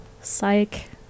psych